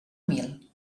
mil